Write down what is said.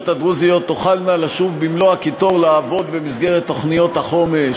הדרוזיות תוכלנה לשוב ולעבוד במלוא הקיטור במסגרת תוכניות החומש,